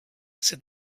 said